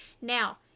Now